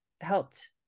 helped